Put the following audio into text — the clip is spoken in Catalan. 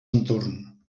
entorn